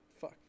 Fuck